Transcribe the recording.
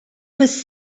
was